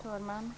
Fru talman!